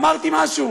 אמרתי משהו,